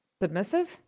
submissive